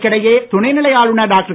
இதற்கிடையே துணைநிலை ஆளுநர் டாக்டர்